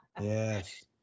Yes